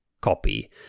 copy